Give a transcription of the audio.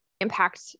impact